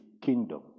kingdom